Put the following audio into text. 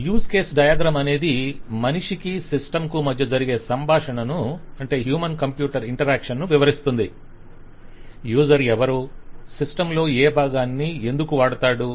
use case diagram అనేది మనిషికి system కు మధ్య జరిగే సంభాషణను వివరిస్తుంది - యూసర్ ఎవరు సిస్టమ్ లో ఏ బాగాన్ని ఎందుకు వాడుతాడు